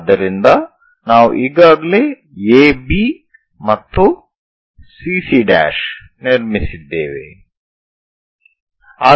ಆದ್ದರಿಂದ ನಾವು ಈಗಾಗಲೇ AB ಮತ್ತು CC' ನಿರ್ಮಿಸಿದ್ದೇವೆ '